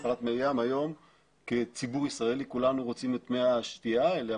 היום כציבור ישראלי כולנו רוצים את מי השתייה האלה,